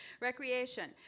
Recreation